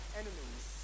enemies